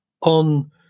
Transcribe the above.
on